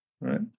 Right